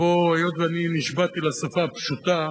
היות שאני נשבעתי לשפה הפשוטה,